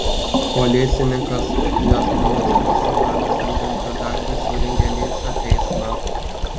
policininkas jo žmonos užsimaniusiam bendradarbiui surengė linčo teismą